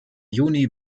juni